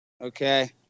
Okay